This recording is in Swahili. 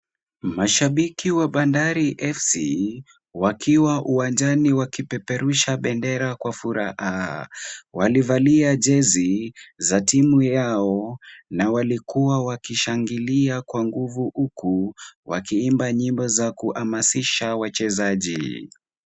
Mashabiki wa Bandari FC, wakiwa uwanjani wakipeperusha bendera kwa furaha. Walivalia jezi za timu yao na walikuwa wakishangilia kwa nguvu huku wakiimba nyimbo za kuhamasisha wachezaji.